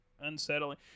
unsettling